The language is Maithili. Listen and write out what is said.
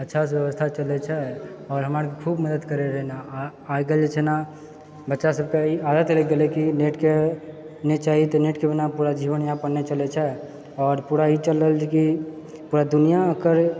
अच्छासँ व्यवस्था चलै छै आओर हमर आर कऽ खूब मदद करै रहै ने आइ काल्हि जे छै नऽ बच्चा सब कऽ ई आदत लागि गेलै कि नेटके नहि चाही तऽ नेटके बिना पूरा जीवनयापन नहि चलै छै आओर पूरा ही चलै छै कि पूरा दुनिया एकर